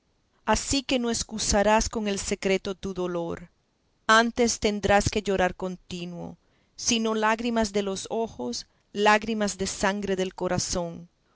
así que no escusarás con el secreto tu dolor antes tendrás que llorar contino si no lágrimas de los ojos lágrimas de sangre del corazón